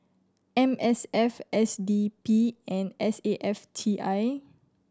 M S F S D P and S A F T I